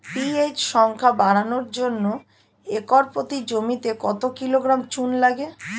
PH সংখ্যা বাড়ানোর জন্য একর প্রতি জমিতে কত কিলোগ্রাম চুন লাগে?